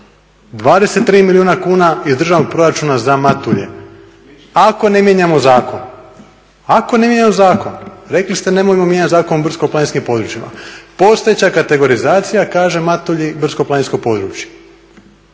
23 milijuna kuna iz državnog proračuna za Matulje, ako ne mijenjamo zakon. Ako ne mijenjamo zakon. Rekli ste nemojmo mijenjat Zakon o brdsko-planinskim područjima. Postojeća kategorizacija kaže Matulje brdsko-planinsko područje,